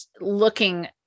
looking